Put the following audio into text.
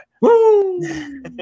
Woo